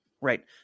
Right